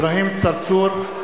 (קורא בשמות חברי הכנסת) אברהים צרצור,